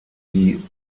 die